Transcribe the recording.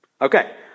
Okay